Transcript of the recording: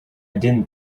didn’t